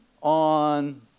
on